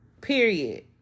Period